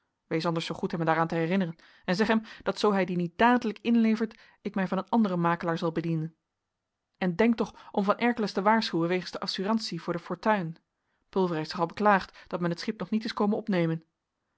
wees anders zoo goed hem daaraan te herinneren en zeg hem dat zoo hij die niet dadelijk inlevert ik mij van een anderen makelaar zal bedienen en denk toch om van erkeles te waarschuwen wegens de assurantie voor de fortuin pulver heeft zich al beklaagd dat men het schip nog niet is komen opnemen